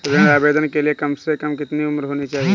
ऋण आवेदन के लिए कम से कम कितनी उम्र होनी चाहिए?